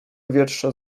wiersza